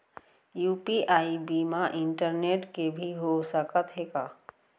UPI बिना internet के भी हो सकत हे का?